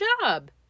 job